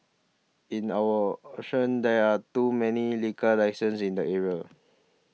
in our option there are too many liquor licenses in the area